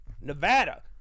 Nevada